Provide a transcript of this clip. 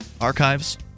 Archives